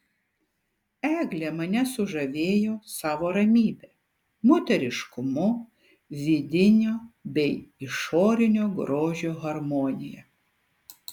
eglė mane sužavėjo savo ramybe moteriškumu vidinio bei išorinio grožio harmonija